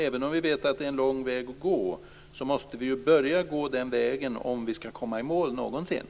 Även om vi vet att det är en lång väg att gå måste vi ju börja gå den vägen om vi någonsin skall komma i mål.